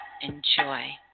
enjoy